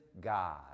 God